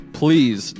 please